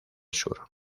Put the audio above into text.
sur